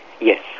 Yes